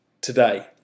today